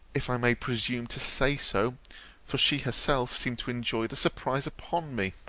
if i may presume to say so for she herself seemed to enjoy the surprise upon me.